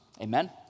Amen